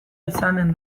izanen